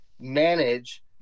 manage